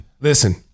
Listen